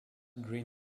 green